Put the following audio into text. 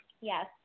Yes